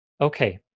Okay